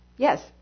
Yes